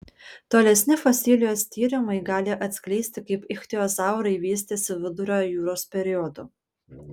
tolesni fosilijos tyrimai gali atskleisti kaip ichtiozaurai vystėsi vidurio jūros periodu